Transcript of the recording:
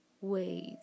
ways